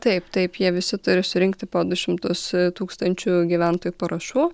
taip taip jie visi turi surinkti po du šimtus tūkstančių gyventojų parašų